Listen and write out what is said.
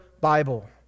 Bible